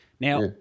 Now